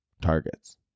targets